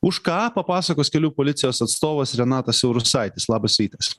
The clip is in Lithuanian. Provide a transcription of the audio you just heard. už ką papasakos kelių policijos atstovas renatas siaurusaitis labas rytas